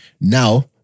now